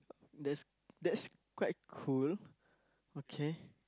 that's that's quite cool okay